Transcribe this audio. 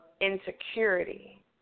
insecurity